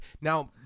Now